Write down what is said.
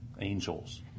angels